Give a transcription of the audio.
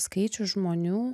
skaičius žmonių